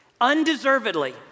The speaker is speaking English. Undeservedly